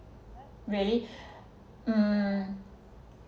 really um